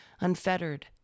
unfettered